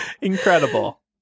Incredible